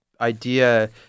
idea